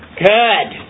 good